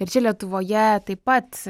ir čia lietuvoje taip pat